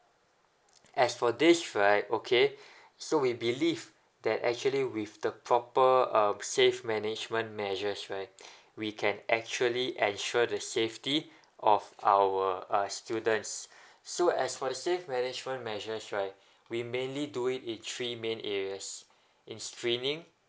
as for this right okay so we believe that actually with the proper uh safe management measures right we can actually ensure the safety of our uh students so as for the safe management measures right we mainly do it in three main areas in screening